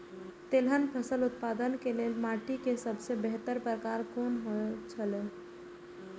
तेलहन फसल उत्पादन के लेल माटी के सबसे बेहतर प्रकार कुन होएत छल?